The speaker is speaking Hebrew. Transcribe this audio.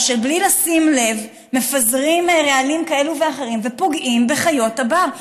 שבלי לשים לב מפזרים רעלים כאלה ואחרים ופוגעים בחיות הבר.